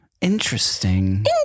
Interesting